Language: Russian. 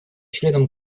членам